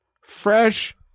Fresh